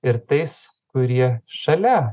ir tais kurie šalia